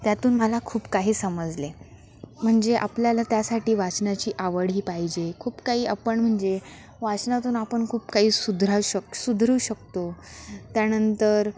त्यातून मला खूप काही समजले म्हणजे आपल्याला त्यासाठी वाचनाची आवड ही पाहिजे खूप काही आपण म्हणजे वाचनातून आपण खूप काही सुधराव शक सुधरू शकतो त्यानंतर